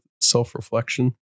self-reflection